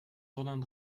sondern